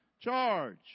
charge